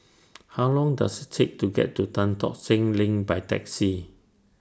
How Long Does IT Take to get to Tan Tock Seng LINK By Taxi